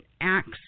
acts